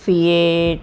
Fiat